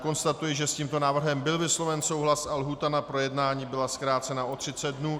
Konstatuji, že s tímto návrhem byl vysloven souhlas a lhůta na projednání byla zkrácena o 30 dnů.